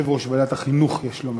יושב-ראש ועדת החינוך, יש לומר.